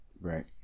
Right